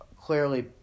clearly